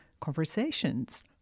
conversations